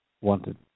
wanted